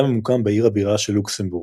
היה ממוקם בעיר הבירה של לוקסמבורג.